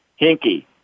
hinky